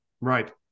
Right